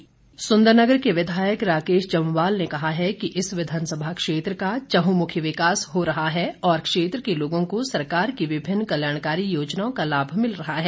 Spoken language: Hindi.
राकेश जम्वाल सुन्दरनगर के विधायक राकेश जम्वाल ने कहा है कि इस विधानसभा क्षेत्र का चहुमुखी विकास हो रहा है और क्षेत्र के लोगों को सरकार की विभिन्न कल्याणकारी योजनाओं का लाभ मिल रहा है